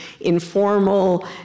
informal